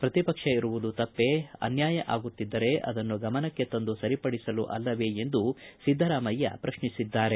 ಪ್ರತಿಪಕ್ಷ ಇರುವುದು ತಪ್ಪೇ ಅನ್ಯಾಯ ಆಗುತ್ತಿದ್ದರೆ ಅದನ್ನು ಗಮನಕ್ಕೆ ತಂದು ಸರಿಪಡಿಸಲು ಅಲ್ಲವೇ ಎಂದು ಸಿದ್ದರಾಮಯ್ನ ಪ್ರಶ್ನಿಸಿದ್ದಾರೆ